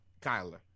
Kyler